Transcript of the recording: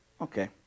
Okay